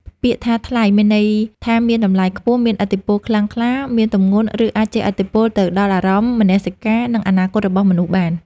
ពាក្យថា "ថ្លៃ" មានន័យថាមាន តម្លៃខ្ពស់ មានឥទ្ធិពលខ្លាំងក្លា មាន ទម្ងន់ ឬអាចជះឥទ្ធិពលទៅដល់អារម្មណ៍ មនសិការ និងអនាគតរបស់មនុស្សបាន។